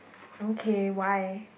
okay why